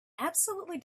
absolutely